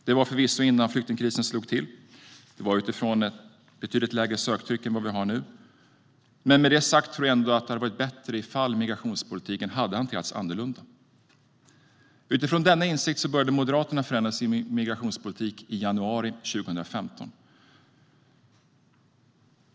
Det var visserligen innan flyktingkrisen slog till och utifrån ett betydligt lägre söktryck än det vi har nu, men med det sagt tror jag ändå att det hade varit bättre ifall migrationspolitiken hade hanterats annorlunda. Utifrån denna insikt började Moderaterna förändra sin migrationspolitik i januari 2015.